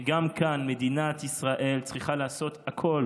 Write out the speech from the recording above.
וגם כאן מדינת ישראל צריכה לעשות הכול